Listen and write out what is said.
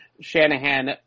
Shanahan